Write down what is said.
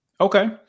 Okay